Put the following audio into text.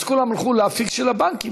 אז כולם הלכו לאפיק של הבנקים,